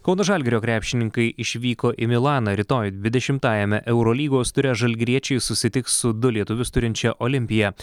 kauno žalgirio krepšininkai išvyko į milaną rytoj dvidešimtajame eurolygos ture žalgiriečiai susitiks su du lietuvius turinčia olimpia